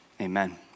Amen